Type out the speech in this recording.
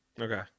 okay